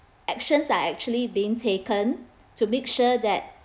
actions are actually being taken to make sure that